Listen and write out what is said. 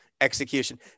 execution